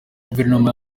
guverinoma